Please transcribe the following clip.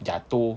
jatuh